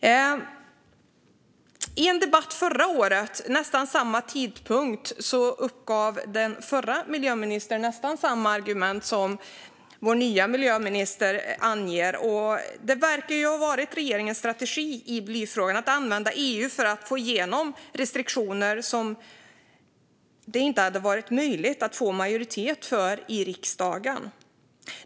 I en debatt vid nästan samma tidpunkt förra året anförde den dåvarande miljöministern nästan samma argument som vår nya miljöminister. Det verkar ha varit regeringens strategi i blyfrågan att använda EU för att få igenom restriktioner som det inte hade varit möjligt att få majoritet för i riksdagen.